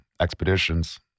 expeditions